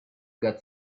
got